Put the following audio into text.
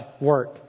work